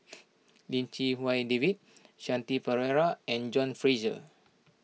Lim Chee Wai David Shanti Pereira and John Fraser